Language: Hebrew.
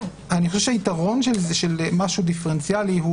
אני חושב שהיתרון של משהו דיפרנציאלי הוא